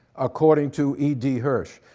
according to e d. hirsch.